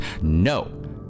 No